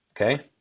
Okay